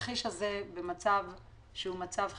בתרחיש הזה במצב שהוא מצב חירום,